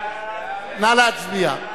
נא להצביע.